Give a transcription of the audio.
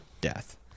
death